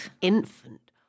infant